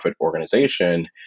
organization